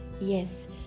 yes